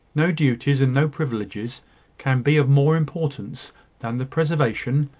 no duties and no privileges can be of more importance than the preservation,